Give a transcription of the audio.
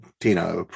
tina